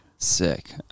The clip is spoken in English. Sick